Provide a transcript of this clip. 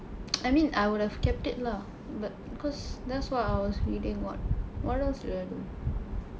I mean I would have kept it lah but cause that's what I was reading what what else did I do